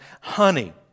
honey